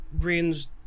Greens